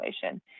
situation